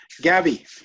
Gabby